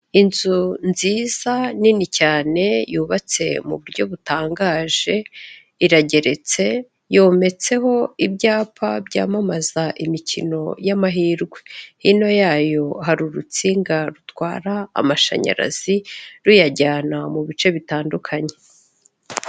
Inzu nziza nini cyane, yubatse mu buryo butangaje, irageretse, yometseho ibyapa byamamaza imikino y'amahirwe, hino yayo hari urutsinga rutwara amashanyarazi, ruyajyana mu bice bitandukanye.